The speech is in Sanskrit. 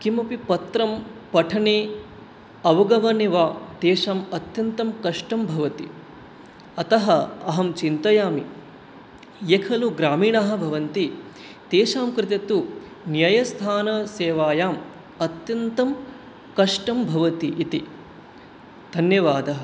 किमपि पत्रं पठने अवगमने वा तेषाम् अत्यन्तं कष्टं भवति अतः अहं चिन्तयामि ये खलु ग्रामीणाः भवन्ति तेषां कृते तु न्यायस्थानसेवायाम् अत्यन्तं कष्टं भवति इति धन्यवादः